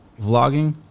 vlogging